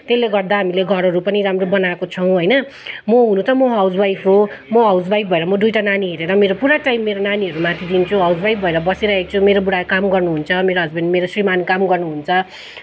त्यसले गर्दा हामीले घरहरू पनि राम्रो बनाएको छौँ होइन म हुनु त म हाउस वाइफ हो म हाउस वाइफ भएर म दुइटा नानी हेरेर मेरो पुरा टाइम मेरो नानीहरूमाथि दिन्छु हाउस वाइफ भएर बसिरहेको छु मेरो बुढा काम गर्नुहुन्छ मेरो हस्बेन्ड श्रीमान् काम गर्नुहुन्छ